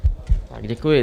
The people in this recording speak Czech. Děkuji.